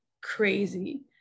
crazy